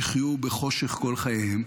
יחיו בחושך כל חייהם,